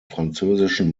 französischen